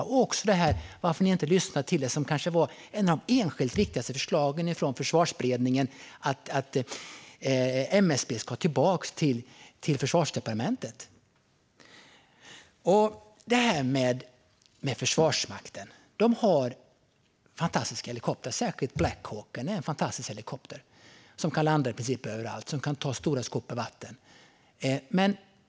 Och varför har ni inte lyssnat till det som kanske var ett av de enskilt viktigaste förslagen från Försvarsberedningen, nämligen att MSB ska föras tillbaka till Försvarsdepartementet? Försvarsmakten har fantastiska helikoptrar. Särskilt Black Hawk är en fantastisk helikopter, som kan landa i princip överallt och som kan ta stora skopor vatten.